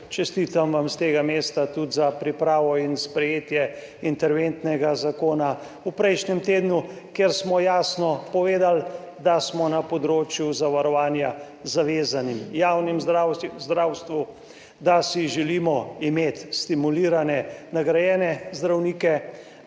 Čestitam vam s tega mesta tudi za pripravo in sprejetje interventnega zakona v prejšnjem tednu, kjer smo jasno povedali, da smo na področju zavarovanja zavezani javnemu zdravstvu, da si želimo imeti stimulirane, nagrajene zdravnike,